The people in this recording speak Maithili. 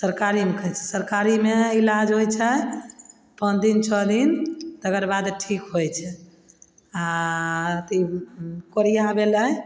सरकारीमे कहय छै सरकारीमे इलाज होइ छै पाँच दिन छओ दिन तकर बाद ठीक होइ छै आओर अथी भेलय